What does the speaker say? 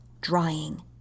drying